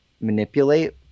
manipulate